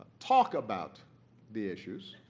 talk about the issues.